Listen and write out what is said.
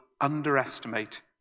underestimate